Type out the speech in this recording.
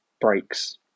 breaks